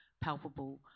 palpable